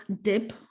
dip